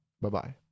Bye-bye